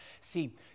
See